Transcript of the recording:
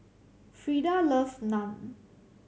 Frida loves Naan